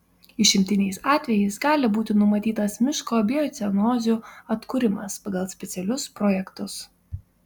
išimtiniais atvejais gali būti numatytas miško biocenozių atkūrimas pagal specialius projektus